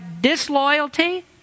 disloyalty